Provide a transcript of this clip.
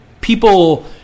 people